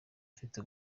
afite